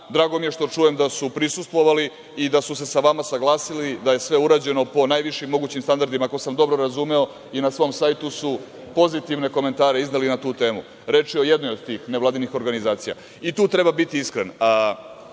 Drago mi je što čujem da su prisustvovali i da su se sa vama saglasili da je sve urađeno po najvišim mogućim standardima. Ako sam dobro razumeo, i na svom sajtu su pozitivne komentare izneli na tu temu. Reč je o jednoj od tih nevladinih organizacija. I tu treba biti iskren,